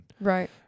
right